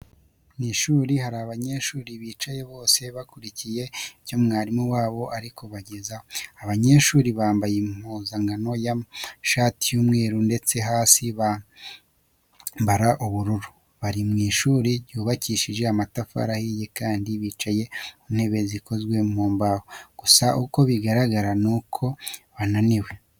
Mu ishuri harimo abanyeshuri bicaye bose bakurikiye ibyo mwarimu wabo ari kubagezaho. Aba banyeshuri bambaye impuzankano y'amashati y'umweru ndetse hasi bambara ubururu. Bari mu ishuri ryubakishije amatafari ahiye kandi bicaye ku ntebe zikoze mu mbaho. Gusa uko bigaragara nuko bananiwe.